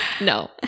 No